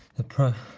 the pro.